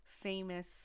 famous